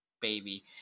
baby